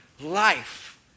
life